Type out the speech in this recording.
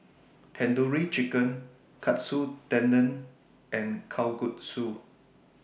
Tandoori Chicken Katsu Tendon and Kalguksu